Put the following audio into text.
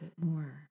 more